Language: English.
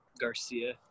garcia